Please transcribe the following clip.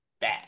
bad